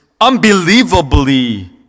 unbelievably